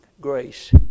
grace